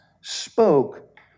spoke